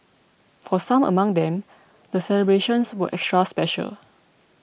for some among them the celebrations were extra special